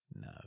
No